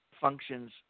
functions